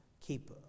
keep